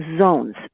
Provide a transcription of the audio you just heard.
zones